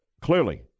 clearly